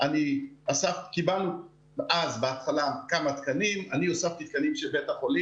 ככל הידוע לי לא נוספה אף מיטה,